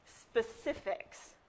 specifics